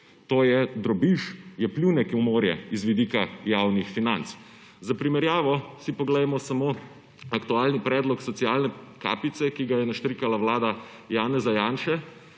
To je drobiž, je pljunek v morje z vidika javnih financ. Za primerjavo si poglejmo samo aktualni predlog socialne kapice, ki ga je naštrikala vlada Janeza Janše,